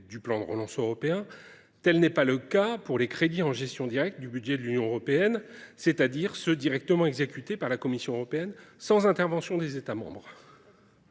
du plan de relance européen, tel n’est pas le cas pour les crédits en gestion directe du budget de l’Union européenne, c’est à dire ceux qui sont directement exécutés par la Commission européenne, sans intervention des États membres.